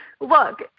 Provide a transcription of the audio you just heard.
look